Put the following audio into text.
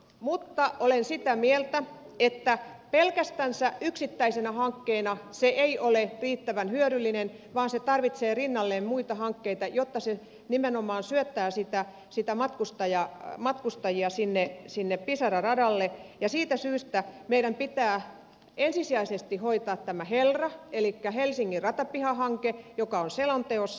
mutta olen sitä mieltä että pelkästänsä yksittäisenä hankkeena se ei ole riittävän hyödyllinen vaan se tarvitsee rinnalleen muita hankkeita jotta se nimenomaan syöttää matkustajia sinne pisara radalle ja siitä syystä meidän pitää ensisijaisesti hoitaa tämä helra elikkä helsingin ratapihahanke joka on selonteossa